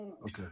Okay